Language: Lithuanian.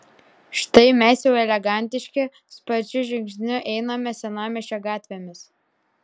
štai mes jau elegantiški sparčiu žingsniu einame senamiesčio gatvėmis